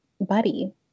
buddy